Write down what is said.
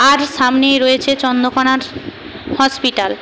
আর সামনেই রয়েছে চন্দ্রকোণার হসপিটাল